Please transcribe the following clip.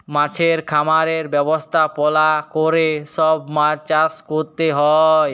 মাছের খামারের ব্যবস্থাপলা ক্যরে সব মাছ চাষ ক্যরতে হ্যয়